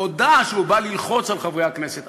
הודה שהוא בא ללחוץ על חברי הכנסת,